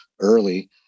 early